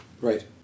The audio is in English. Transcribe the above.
Right